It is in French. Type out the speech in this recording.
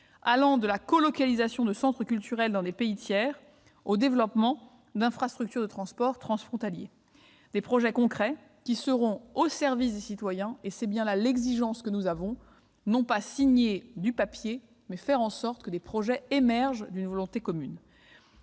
allant de la colocalisation de centres culturels dans des pays tiers au développement d'infrastructures de transports transfrontaliers, projets concrets au service des citoyens. Telle est notre exigence. Il ne s'agit pas de signer du papier, mais de faire en sorte que des projets émergent d'une volonté commune.